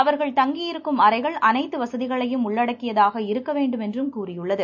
அவர்கள் தங்கி இருக்கும் அறைகள் அனைத்து வசதிகளையும் உள்ளடக்கியதாக இருக்க வேண்டுமென்றும் கூறியுள்ளது